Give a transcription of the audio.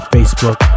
Facebook